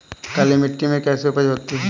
काली मिट्टी में कैसी उपज होती है?